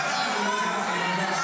--- טוב שהתערבת.